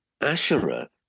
Asherah